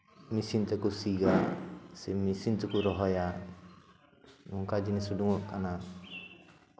machine ᱛᱮᱠᱚ ᱥᱤᱭᱟ ᱥᱮ ᱢᱮᱥᱤᱱ ᱛᱮᱠᱚ ᱨᱚᱦᱚᱭᱟ ᱱᱚᱝᱠᱟ ᱡᱤᱱᱤᱥ ᱩᱰᱩᱠᱚᱜ ᱠᱟᱱᱟ